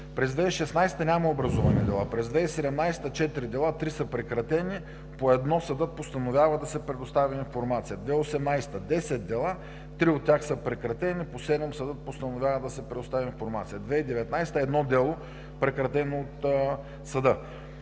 През 2016 г. няма образувани дела. През 2017 г. – четири дела, три са прекратени, по едно съдът постановява да се предостави информация. През 2018 г. – 10 дела, три от тях са прекратени, по седем съдът постановява да се предостави информация, и 2019 г. – едно дело, прекратено от съда.